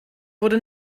wurde